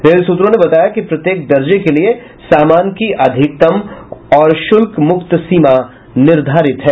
rail सूत्रों ने बताया कि प्रत्येक दर्जे के लिए सामान की अधिकतम और शुल्क मुक्त सीमा निर्धारित है